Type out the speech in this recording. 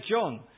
John